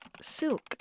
silk